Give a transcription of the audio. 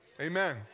amen